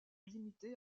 limité